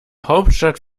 hauptstadt